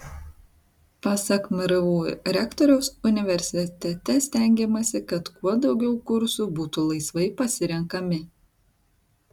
pasak mru rektoriaus universitete stengiamasi kad kuo daugiau kursų būtų laisvai pasirenkami